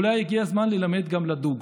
אולי הגיע הזמן ללמד גם לדוג.